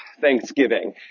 Thanksgiving